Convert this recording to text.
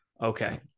okay